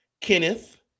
Kenneth